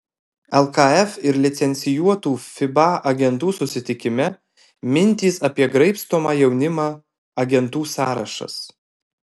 lkf ir licencijuotų fiba agentų susitikime mintys apie graibstomą jaunimą agentų sąrašas